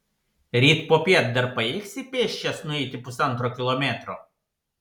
ryt popiet dar pajėgsi pėsčias nueiti pusantro kilometro